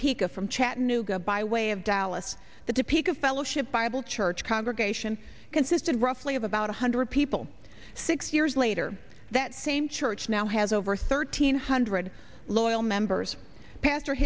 peka from chattanooga by way of dallas the peak of fellowship bible church congregation consisted roughly of about a hundred people six years later that same church now has over thirteen hundred loyal members pas